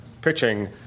pitching